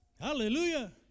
Hallelujah